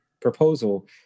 proposal